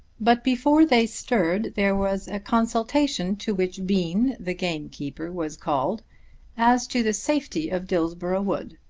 but before they stirred there was a consultation to which bean the gamekeeper was called as to the safety of dillsborough wood.